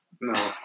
No